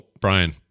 Brian